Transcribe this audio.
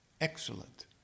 excellent